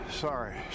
Sorry